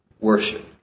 worship